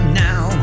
now